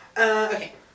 Okay